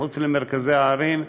מחוץ למרכזי הערים.